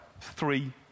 three